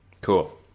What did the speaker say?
Cool